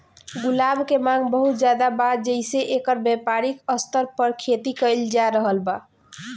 गुलाब के मांग बहुत ज्यादा बा जेइसे एकर व्यापारिक स्तर पर खेती कईल जा रहल बा